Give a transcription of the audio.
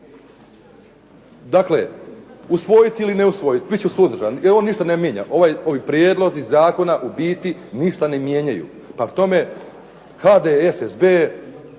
Dakle, usvojiti ili ne usvojiti. Bit ću suzdržan, jer ovo ništa ne mijenja. Ovi prijedlozi zakona u biti ništa ne mijenjaju. Pa k tome HDSSB,